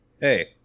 Hey